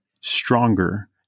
stronger